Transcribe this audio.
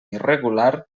irregular